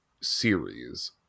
series